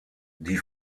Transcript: die